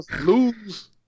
lose